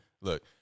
look